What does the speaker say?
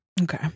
Okay